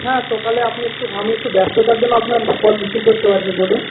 হ্যাঁ সকালে আপনি একটু আমি একটু ব্যস্ততার জন্য আপনার কল রিসিভ করতে পারিনি বলুন